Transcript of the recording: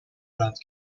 ندارند